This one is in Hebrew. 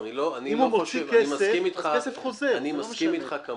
אם הוא מוציא כסף, הכסף חוזר, זה לא משנה.